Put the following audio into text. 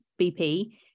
BP